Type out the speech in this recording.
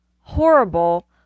horrible